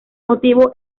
motivo